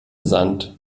sand